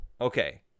Okay